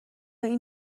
این